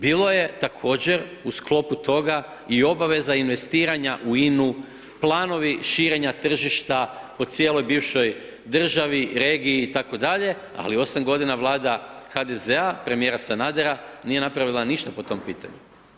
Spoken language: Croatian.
Bilo je također u sklopu toga i obaveza investiranja u INA-u, planovi širenja tržišta po cijeloj bivšoj državi, regiji itd., ali 8 godina Vlada HDZ-a, premijera Sanadera, nije napravila ništa po tom pitanju.